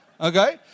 Okay